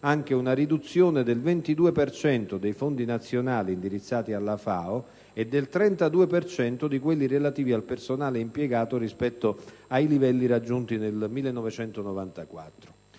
anche una riduzione del 22 per cento dei fondi nazionali indirizzati alla FAO e del 32 per cento di quelli relativi al personale impiegato rispetto ai livelli raggiunti nel 1994.